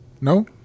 No